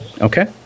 Okay